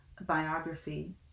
biography